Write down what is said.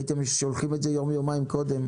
הייתם שולחים את זה יום יומיים קודם,